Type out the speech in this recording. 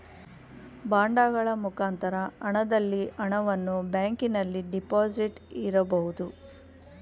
ಬಾಂಡಗಳ ಮುಖಾಂತರ ಹಣದಲ್ಲಿ ಹಣವನ್ನು ಬ್ಯಾಂಕಿನಲ್ಲಿ ಡೆಪಾಸಿಟ್ ಇರಬಹುದು